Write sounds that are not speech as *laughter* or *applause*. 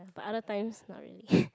but other times not really *breath*